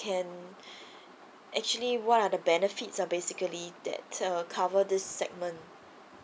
actually what are the benefits uh basically that uh cover this segment